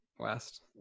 West